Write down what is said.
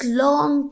long